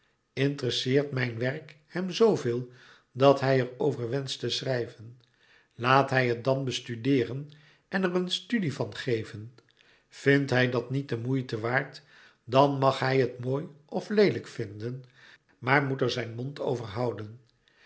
interesseert mijn werk hem zooveel dat hij er over wenscht te schrijven laat hij het dan bestudeeren en er een studie van geven vindt hij dat niet de moeite waard dan mag hij het mooi of leelijk vinden maar moet er zijn mond over